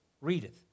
readeth